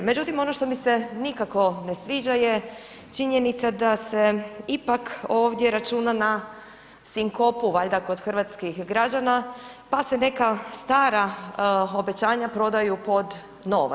Međutim, ono što mi se nikako ne sviđa je činjenica da se ipak ovdje računa na sinkopu valjda kod hrvatskih građana, pa se neka stara obećanja prodaju pod nova.